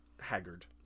haggard